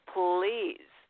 Please